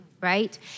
right